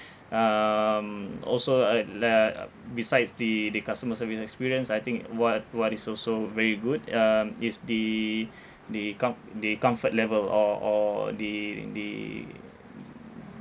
um also uh like besides the the customer service experience I think what what is also very good um is the the com~ the comfort level or or the the